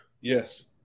Yes